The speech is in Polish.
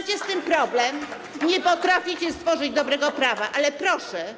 Macie z tym problem i nie potraficie stworzyć dobrego prawa, ale proszę